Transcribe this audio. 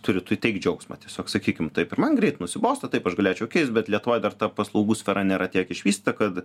turėtų teikt džiaugsmą tiesiog sakykim taip ir man greit nusibosta taip aš galėčiau keist bet lietuvoj dar ta paslaugų sfera nėra tiek išvystyta kad